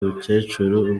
umukecuru